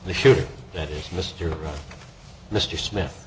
and the shooter that is mr mr smith